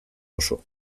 oso